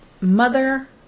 Mother